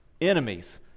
enemies